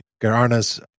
Garana's